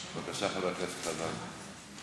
בבקשה, חבר הכנסת חזן.